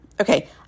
Okay